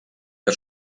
que